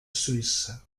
suïssa